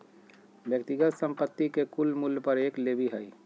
व्यक्तिगत संपत्ति के कुल मूल्य पर एक लेवी हइ